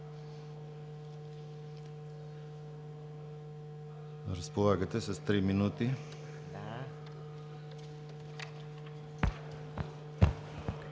Разполагате с три минути.